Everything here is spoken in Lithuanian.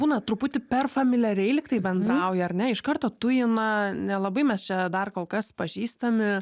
būna truputį per familiariai lyg tai bendrauja ar ne iš karto tujina nelabai mes čia dar kol kas pažįstami